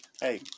Hey